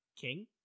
king